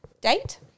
date